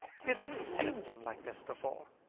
he had never seen him like this before.